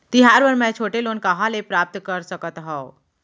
तिहार बर मै छोटे लोन कहाँ ले प्राप्त कर सकत हव?